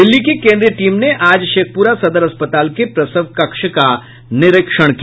दिल्ली की केन्द्रीय टीम ने आज शेखपुरा सदर अस्पताल के प्रसव कक्ष का निरीक्षण किया